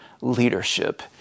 leadership